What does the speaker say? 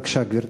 בבקשה, גברתי.